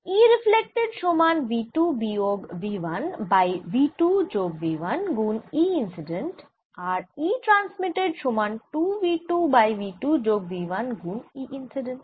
E reflected সমান v 2 বিয়োগ v 1 by v 2 যোগ v 1 গুন E ইন্সিডেন্ট আর E ট্রান্সমিটেড সমান 2 v 2 বাই v 2 যোগ v 1 গুন E ইন্সিডেন্ট